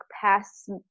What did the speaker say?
past